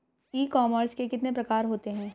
ई commerce के कितने प्रकार होते हैं?